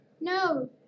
No